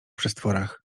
przestworach